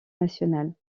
nationale